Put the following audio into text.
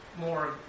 more